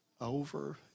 over